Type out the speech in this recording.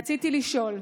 רציתי לשאול: